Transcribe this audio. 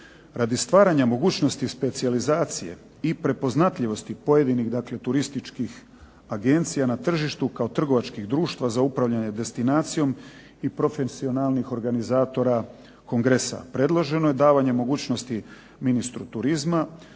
Radi stvaranja mogućnosti specijalizacije i prepoznatljivosti pojedinih turističkih agencija na tržištu kao trgovačkih društva za upravljanje destinacijom i profesionalnih organizatora kongresa, predloženo je davanje mogućnosti ministru turizma,